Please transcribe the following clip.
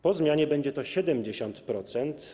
Po zmianie będzie to 70%.